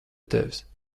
tevis